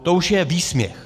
to už je výsměch.